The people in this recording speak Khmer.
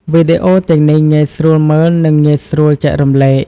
វីដេអូទាំងនេះងាយស្រួលមើលនិងងាយស្រួលចែករំលែក។